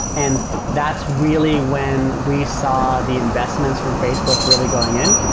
and that's really when we saw the investments from facebook really going in.